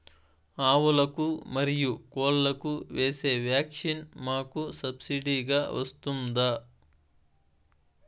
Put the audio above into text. ఆవులకు, మరియు కోళ్లకు వేసే వ్యాక్సిన్ మాకు సబ్సిడి గా వస్తుందా?